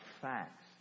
facts